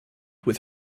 with